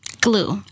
glue